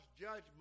judgment